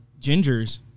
gingers